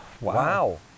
Wow